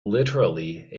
literally